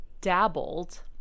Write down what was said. dabbled